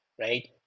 right